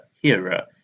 hearer